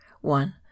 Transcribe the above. One